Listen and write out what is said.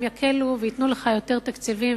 ואולי הם יקלו וייתנו לך יותר תקציבים